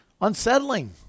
unsettling